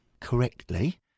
Correctly